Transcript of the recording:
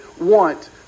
want